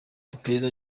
iperereza